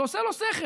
זה "עושה לו שכל",